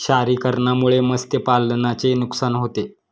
क्षारीकरणामुळे मत्स्यपालनाचे नुकसान होते